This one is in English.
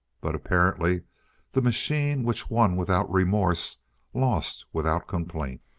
but apparently the machine which won without remorse lost without complaint.